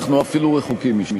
אנחנו עדיין רחוקים משם.